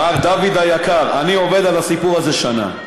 מר דוד היקר, אני עובד על הסיפור הזה שנה.